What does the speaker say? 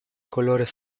colores